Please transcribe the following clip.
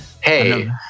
Hey